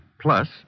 plus